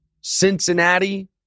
Cincinnati